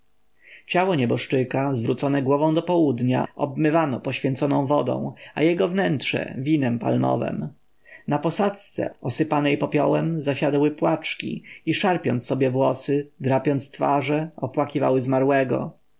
ciało nieboszczyka zwrócone głową do południa obmywano poświęconą wodą a jego wnętrze winem palmowem na posadzce osypanej popiołem zasiadały płaczki i szarpiąc sobie włosy drapiąc twarze opłakiwały zmarłego